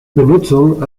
benutzung